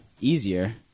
easier